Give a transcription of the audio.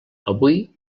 avui